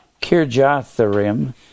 Kirjatharim